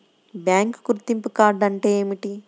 Bank గుర్తింపు card అంటే ఏమిటి?